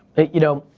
you know,